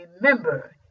remember